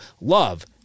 Love